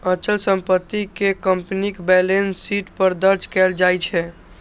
अचल संपत्ति कें कंपनीक बैलेंस शीट पर दर्ज कैल जाइ छै